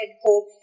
hope